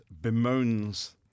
bemoans